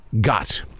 got